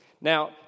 Now